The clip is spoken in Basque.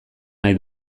nahi